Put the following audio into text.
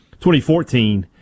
2014